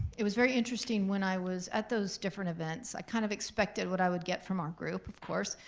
it was very interesting when i was at those different events, i kind of expected what i would get from our group, of course,